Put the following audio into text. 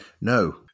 No